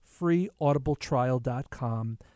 freeaudibletrial.com